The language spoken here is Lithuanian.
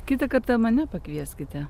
kitą kartą mane pakvieskite